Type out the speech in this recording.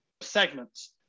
segments